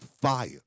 fire